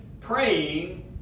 Praying